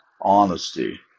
honesty